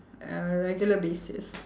a regular basis